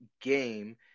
game